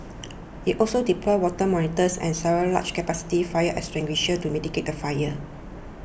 it also deployed water monitors and several large capacity fire extinguishers to mitigate the fire